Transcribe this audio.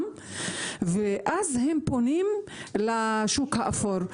אז הם פונים לשוק האפור,